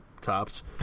tops